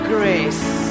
Grace